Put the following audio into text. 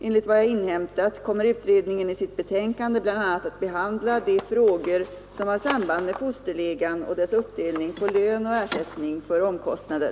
Enligt vad jag inhämtat kommer utredningen i sitt betänkande bl.a. att behandla de frågor som har samband med fosterlegan och dess uppdelning på lön och ersättning för omkostnader.